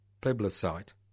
plebiscite